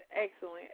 excellent